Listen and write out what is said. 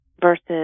versus